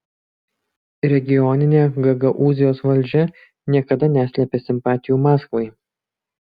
regioninė gagaūzijos valdžia niekada neslėpė simpatijų maskvai